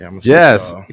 Yes